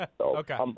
Okay